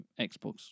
Xbox